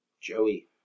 Joey